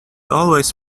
always